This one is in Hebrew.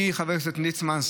מחבר הכנסת ליצמן,